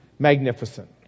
magnificent